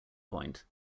point